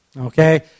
Okay